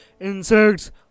insects